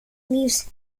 leaves